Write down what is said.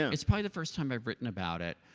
it's probably the first time i've written about it.